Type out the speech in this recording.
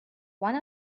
one